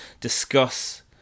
discuss